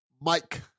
Mike